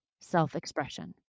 self-expression